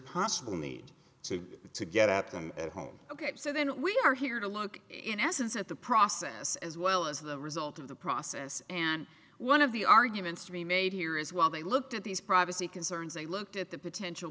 possible need to to get at them at home ok so then we are here to look in essence at the process as well as the result of the process and one of the arguments to be made here is while they looked at these privacy concerns they looked at the potential